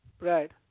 Right